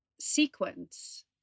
sequence